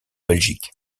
belgique